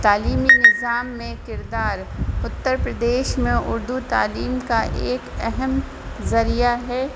تعلیمی نظام میں کردار اتر پردیش میں اردو تعلیم کا ایک اہم ذریعہ ہے